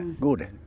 good